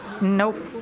Nope